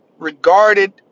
Regarded